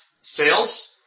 sales